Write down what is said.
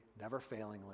never-failingly